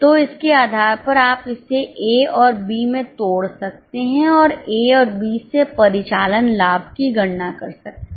तो इसके आधार पर आप इसे ए और बी में तोड़ सकते हैं और ए और बी से परिचालन लाभ की गणना कर सकते हैं